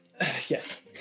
yes